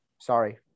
sorry